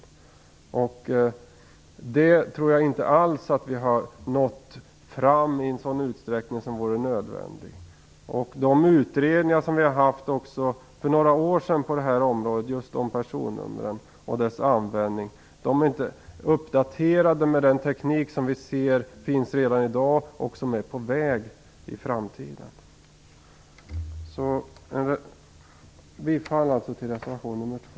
Jag tror inte alls att vi har nått fram där i den utsträckning som vore nödvändig. De utredningar som vi hade för några år sedan just om personnumren och deras användning är inte uppdaterade med den teknik som redan finns i dag och som är på väg i framtiden. Jag yrkar alltså bifall till reservation nr 2.